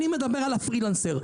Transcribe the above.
אני מדבר על הפרילנסר.